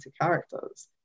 characters